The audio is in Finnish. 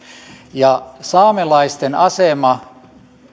saamelaisten asema